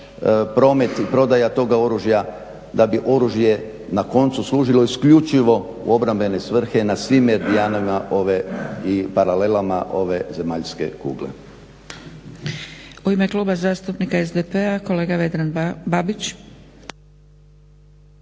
promet i prodaja toga oružja da bi oružje na koncu služilo isključivo u obrambene svrhe na svim meridijanima ove i paralelama ove zemaljske kugle.